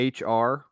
HR